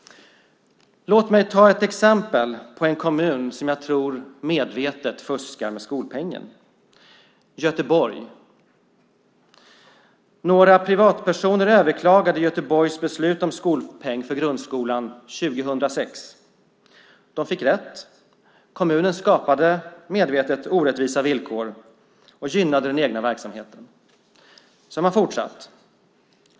Låt mig ta ett exempel från en kommun som jag tror medvetet fuskar med skolpengen, Göteborg. Några privatpersoner överklagade Göteborgs beslut om skolpeng för grundskolan 2006, och de fick rätt. Kommunen skapade medvetet orättvisa villkor och gynnade den egna verksamheten, som har fortsatt.